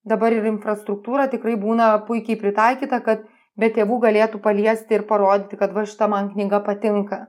dabar ir infrastruktūra tikrai būna puikiai pritaikyta kad be tėvų galėtų paliesti ir parodyti kad va šita man knyga patinka